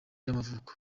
y’amavuko